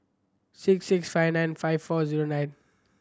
six six five nine five four zero nine